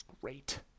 great